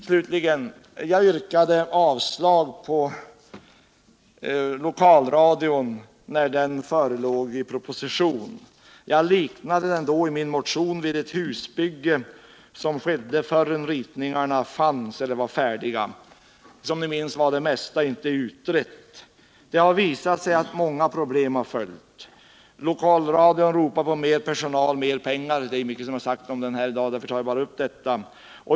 Slutligen: Jag yrkade avslag på förslaget om lokalradion när propositionen förelåg. Jag liknade den i min motion vid ett husbygge som skedde innan ritningarna var färdiga. Som ni minns var det mesta inte utrett. Det har visat sig att många problem har följt. Lokalradion ropar på mer personal och mer pengar. Mycket har sagts om den här i dag, och därför tar jag bara upp detta.